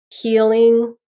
healing